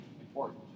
important